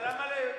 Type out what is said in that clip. אבל למה תיאורטית?